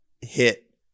hit